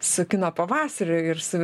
su kino pavasariu ir su